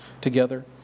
together